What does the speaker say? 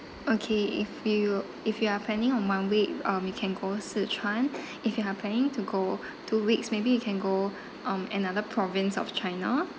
okay if you if you are planning on one week uh we can go szechuan if you are planning to go two weeks maybe you can go um another province of china